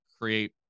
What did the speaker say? create